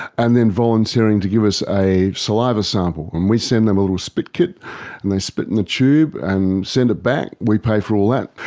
and then volunteering to give us a saliva sample. and we send them a little spit kit and they spit in the tube and send it back. we pay for all that.